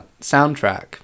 soundtrack